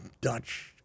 Dutch